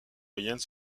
moyenne